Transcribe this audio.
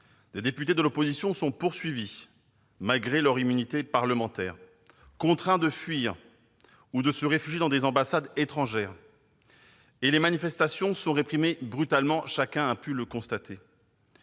Des députés de l'opposition sont poursuivis malgré leur immunité parlementaire, contraints de fuir ou de se réfugier dans des ambassades étrangères. Les manifestations sont réprimées brutalement : chacun a pu le constater.